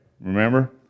Remember